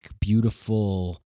beautiful